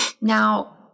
Now